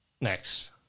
Next